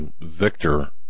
Victor